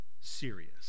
serious